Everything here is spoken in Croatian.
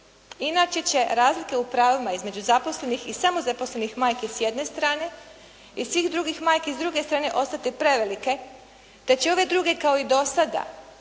inače će razlike u pravima između zaposlenih i samozaposlenih majki s jedne strane i svih drugih majki s druge strane ostati prevelike, te će ove druge kao i do sada,